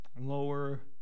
lower